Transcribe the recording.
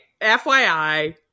FYI